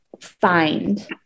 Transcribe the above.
find